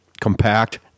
compact